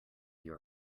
your